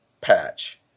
patch